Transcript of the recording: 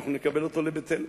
אנחנו נקבל אותו לביתנו.